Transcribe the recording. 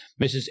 Mrs